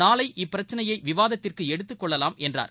நாளை இப்பிரச்சினையை விவாதத்திற்கு எடுத்துக்கொள்ளலாம் என்றார்